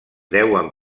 deuen